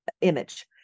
image